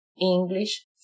English